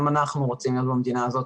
גם אנחנו רוצים להיות במדינה הזאת,